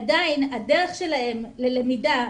עדיין הדרך שלהם ללמידה,